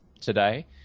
today